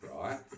right